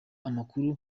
amakuru